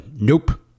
nope